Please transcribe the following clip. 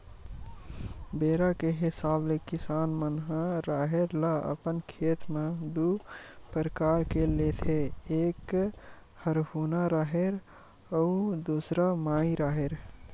बेरा के हिसाब ले किसान मन ह राहेर ल अपन खेत म दू परकार ले लेथे एक हरहुना राहेर अउ दूसर माई राहेर